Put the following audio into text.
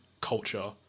culture